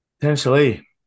Potentially